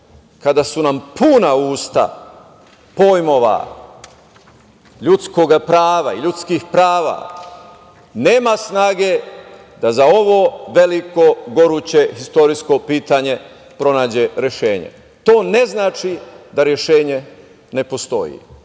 kada su nam puna usta pojmova ljudskoga prava i ljudskih prava, nema snage da za ovo veliko goruće istorijsko pitanje pronađe rešenje. To ne znači da rešenje ne postoji.